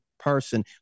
person